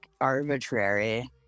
arbitrary